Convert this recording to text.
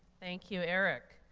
thank you, eric.